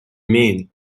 mean